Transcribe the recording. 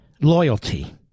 loyalty